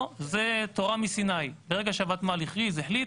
פה זה תורה מסיני ברגע שהוותמ"ל החליטה,